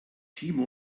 timo